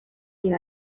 jej